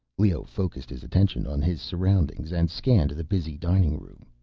leoh focused his attention on his surroundings and scanned the busy dining room.